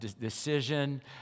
decision